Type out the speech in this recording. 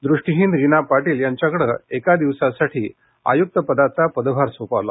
दृष्टिहीन रीना पाटील यांच्याकडे चक्क एका दिवसासाठी आयुक्त पदाचा पदभार सोपवला